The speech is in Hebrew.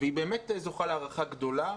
היא באמת זוכה להערכה גדולה.